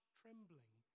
trembling